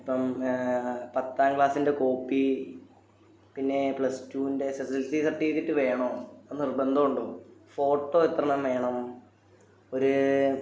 ഇപ്പം പത്താം ക്ലാസ്സിൻ്റെ കോപ്പി പിന്നെ പ്ലസ് ടൂ വിൻ്റെ S S L C certificate വേണോ അത് നിർബന്ധമുണ്ടോ ഫോട്ടോ എത്ര എണ്ണം വേണം ഒര്